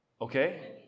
Okay